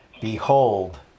Behold